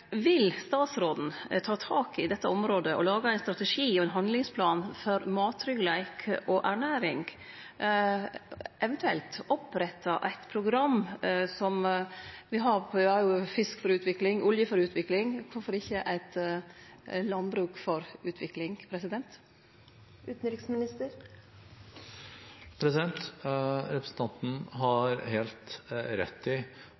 Vil statsråden ta tak i dette området og lage ein strategi og ein handlingsplan for mattryggleik og ernæring, eventuelt opprette eit program? Vi har jo Fisk for utvikling, Olje for utvikling, så kvifor ikkje eit landbruk for utvikling? Representanten har helt rett i